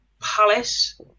Palace